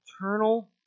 eternal